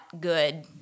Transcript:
good